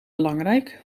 belangrijk